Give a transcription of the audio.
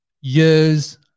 years